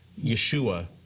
Yeshua